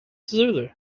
zulu